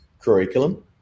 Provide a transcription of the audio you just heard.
curriculum